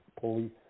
police